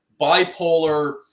bipolar